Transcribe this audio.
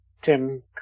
tim